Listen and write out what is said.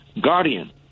guardian